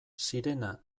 sirena